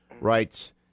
writes